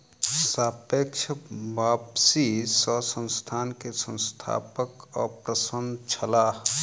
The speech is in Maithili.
सापेक्ष वापसी सॅ संस्थान के संस्थापक अप्रसन्न छलाह